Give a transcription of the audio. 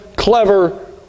clever